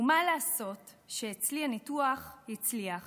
"ומה לעשות שאצלי / הניתוח הצליח